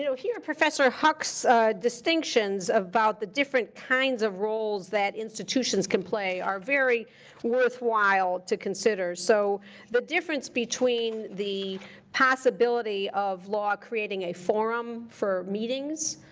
so here, professor huq's distinctions about the different kinds of roles that institutions institutions can play are very worthwhile to consider. so the difference between the possibility of law creating a forum for meetings,